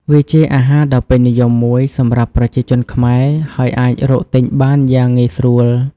វាជាអាហារដ៏ពេញនិយមមួយសម្រាប់ប្រជាជនខ្មែរ ហើយអាចរកទិញបានយ៉ាងងាយស្រួល។